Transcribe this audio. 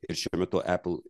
ir šiuo metu apple